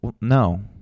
No